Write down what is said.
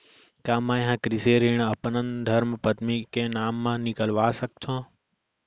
का मैं ह कृषि ऋण अपन धर्मपत्नी के नाम मा निकलवा सकथो?